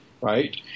right